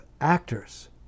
actors